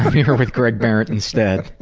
here with greg behrendt instead.